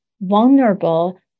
vulnerable